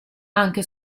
anche